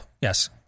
Yes